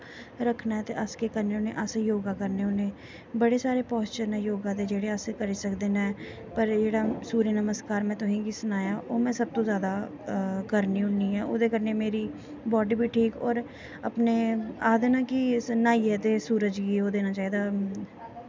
रक्खना ऐ ते अस केह् करने होन्ने योगा करने होन्ने बड़े सारे पोस्चर न योगा दे जेह्ड़े अस करी सकदे न पर जेह्ड़ा सुरज नमस्कार जेह्ड़ा में तुसेंगी दस्सेआ ओह् में सब तो जैदा करनी होन्नी आं ओह् मेरी सबतो जैदा बॉड्डी बी ठीक होर अपने आखदे न न्हाइयै ते सूरज गी ओह् देना चाहिदा